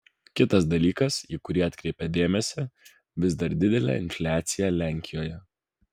kitas dalykas į kurį atkreipia dėmesį vis dar didelė infliacija lenkijoje